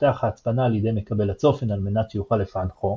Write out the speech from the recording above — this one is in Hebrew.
מפתח ההצפנה לידי מקבל הצופן על מנת שיוכל לפענחו.